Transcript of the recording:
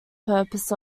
purpose